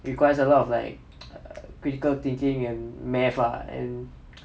it requires a lot of like critical thinking and math ah and